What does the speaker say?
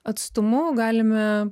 atstumu galime